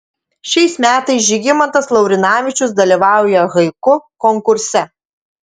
šiais metais žygimantas laurinavičius dalyvauja haiku konkurse